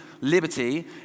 Liberty